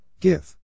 Give